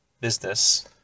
business